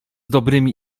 dobrymi